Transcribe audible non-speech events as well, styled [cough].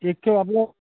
एकटे [unintelligible]